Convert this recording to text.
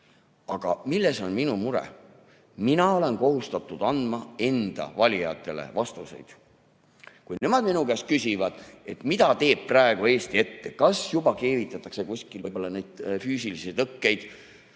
Aga milles on minu mure? Mina olen kohustatud andma enda valijatele vastuseid. Kui nemad minu käest küsivad, mida Eesti praegu teeb, kas juba keevitatakse kuskil neid füüsilisi tõkkeid,